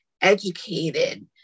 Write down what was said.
educated